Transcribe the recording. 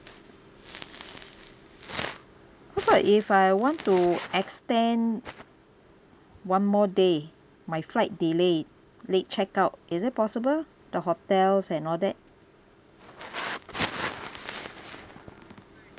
what about if I want to extend one more day my flight delay late checkout is it possible the hotels and all that